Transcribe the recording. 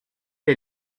est